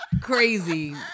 crazy